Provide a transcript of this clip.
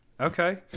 Okay